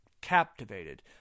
captivated